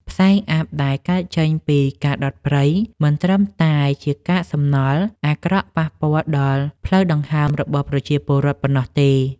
ផ្សែងអ័ព្ទដែលកើតចេញពីការដុតព្រៃ មិនត្រឹមតែជាកាកសំណល់អាក្រក់ប៉ះពាល់ដល់ផ្លូវដង្ហើមរបស់ប្រជាពលរដ្ឋប៉ុណ្ណោះទេ។